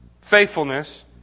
faithfulness